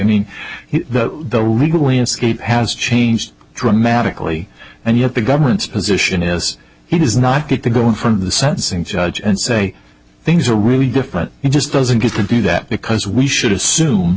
any the legal landscape has changed dramatically and yet the government's position is he does not get to go in front of the sentencing judge and say things are really different he just doesn't get to do that because we should